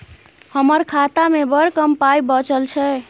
हमर खातामे बड़ कम पाइ बचल छै